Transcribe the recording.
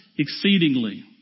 Exceedingly